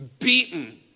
beaten